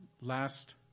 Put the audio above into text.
last